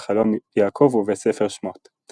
בחלום יעקב ובספר שמות.